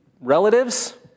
relatives